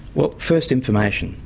well first, information,